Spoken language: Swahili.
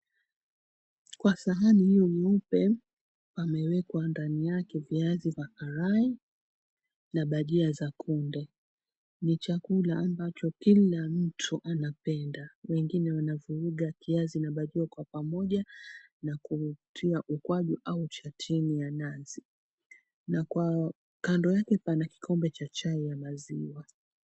Kwa sahani hiyo nyeupe amewekwa ndani yake viazi vya karai na bajia za kunde. Ni chakula ambacho kila mtu anapenda. Wengine wanavuruga kiazi na bajia kwa pamoja na kutia ukwaju au chatini ya nazi. Na kwa kando yake pana kikombe cha chai ya maziwa.